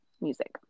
music